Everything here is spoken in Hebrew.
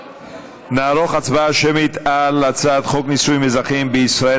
נערוך הצבעה שמית על הצעת חוק נישואין אזרחיים בישראל,